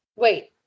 wait